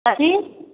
कथी